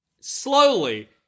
slowly